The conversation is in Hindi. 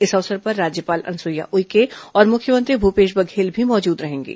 इस अवसर पर राज्यपाल अनुसुईया उइके और मुख्यमंत्री भूपेश बघेल भी मौजूद रहेंगे